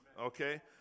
okay